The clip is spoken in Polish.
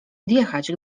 odjechać